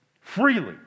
Freely